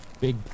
big